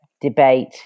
debate